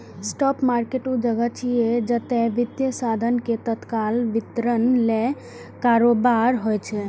spot market ऊ जगह छियै, जतय वित्तीय साधन के तत्काल वितरण लेल कारोबार होइ छै